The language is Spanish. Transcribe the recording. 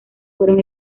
fueron